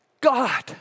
God